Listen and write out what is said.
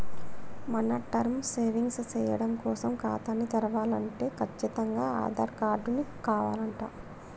మనం term savings సేయడం కోసం ఖాతాని తెరవలంటే కచ్చితంగా ఆధార్ కారటు కావాలంట